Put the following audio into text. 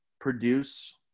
produce